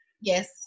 yes